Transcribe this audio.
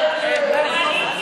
תקופה מרבית למשלוח דבר דואר),